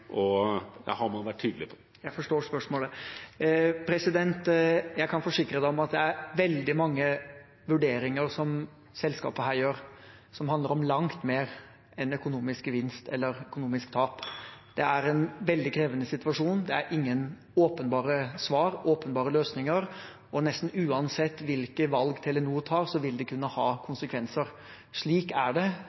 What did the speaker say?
Jeg forstår spørsmålet. Jeg kan forsikre om at det er veldig mange vurderinger selskapet her gjør, som handler om langt mer enn økonomisk gevinst eller økonomisk tap. Det er en veldig krevende situasjon. Det er ingen åpenbare svar, åpenbare løsninger, og nesten uansett hvilke valg Telenor tar, vil de kunne ha konsekvenser. Slik er det